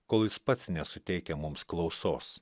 kol jis pats nesuteikia mums klausos